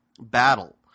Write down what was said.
battle